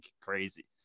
crazy